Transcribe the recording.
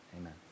Amen